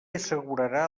assegurarà